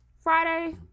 Friday